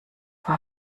war